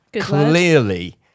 clearly